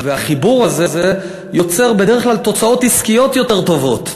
והחיבור הזה יוצר בדרך כלל תוצאות עסקיות יותר טובות.